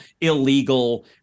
illegal